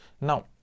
now